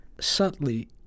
subtly